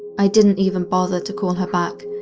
i didn't even bother to call her back,